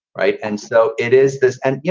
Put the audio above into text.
right. and so it is this. and, you